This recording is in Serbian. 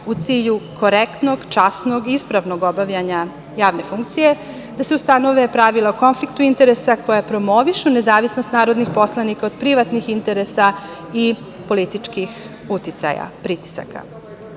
u cilju korektnog, časnog, ispravnog obavljanja javne funkcije, da se ustanove pravila o konfliktu interesa koja promovišu nezavisnost narodnih poslanika od privatnih interesa i političkih uticaja, pritisaka. Da